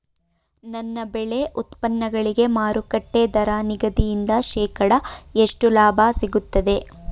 ನನ್ನ ಬೆಳೆ ಉತ್ಪನ್ನಗಳಿಗೆ ಮಾರುಕಟ್ಟೆ ದರ ನಿಗದಿಯಿಂದ ಶೇಕಡಾ ಎಷ್ಟು ಲಾಭ ಸಿಗುತ್ತದೆ?